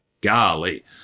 Golly